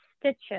stitches